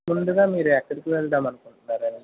ముందుగా మీరు ఎక్కడికి వెళదామని అనుకుంటున్నారండీ